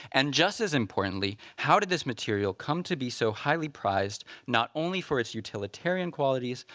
and just as importantly, how did this material come to be so highly prized, not only for its utilitarian qualities,